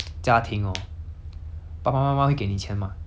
对不对通常